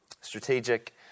strategic